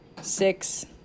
six